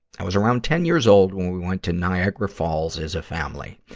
i was around ten years old when we went to niagara falls as a family.